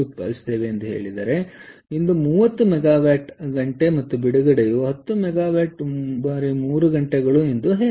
ಆದ್ದರಿಂದ ಇದು 30 ಮೆಗಾವ್ಯಾಟ್ ಗಂಟೆ ಮತ್ತು ಬಿಡುಗಡೆಯು 10 ಮೆಗಾವ್ಯಾಟ್ ಬಾರಿ 3 ಗಂಟೆಗಳು ಎಂದು ಹೇಳೋಣ